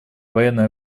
военной